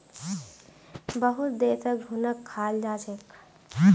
बहुत देशत घुनक खाल जा छेक